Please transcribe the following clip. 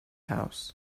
house